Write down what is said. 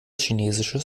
chinesisches